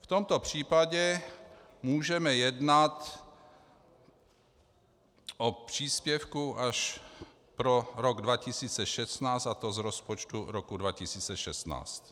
V tomto případě můžeme jednat o příspěvku až pro rok 2016, a to z rozpočtu roku 2016.